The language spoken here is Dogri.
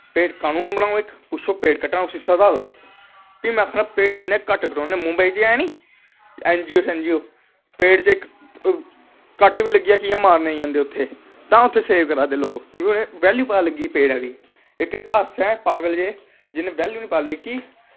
पेड़ कानून बनाई उसी पुच्छो पेड़ कट्टना सज़ा देओ उसी फ्ही में आक्खा ना पेड़ इन्ने घट्ट कटोने नी मंबेई च है नी ऐन जी ओ शी ओ पेड़ च इक कट्ट बी लग्गी जा कियां मारनें गी औंदे उत्थें तां उत्थें सेव करा दे कि उ'नेंगी बैल्यू लग्गी गेई पेड़ दी इस अस गै आं पागल जेह् जिनेंगी बैल्यू गै नी पता कि